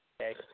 Okay